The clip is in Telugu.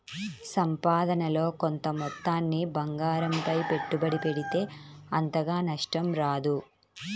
సంపాదనలో కొంత మొత్తాన్ని బంగారంపై పెట్టుబడి పెడితే అంతగా నష్టం రాదు